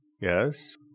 yes